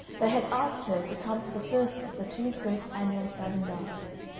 they had asked her to come to the first of the two great annual fadden dances,